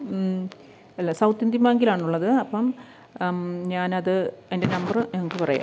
അല്ല south Indian ബാങ്കിലാണുള്ളത് അപ്പം ഞാനത് എൻ്റെ നമ്പറ് നിങ്ങൾക്ക് പറയാം